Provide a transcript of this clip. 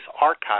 archives